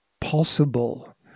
possible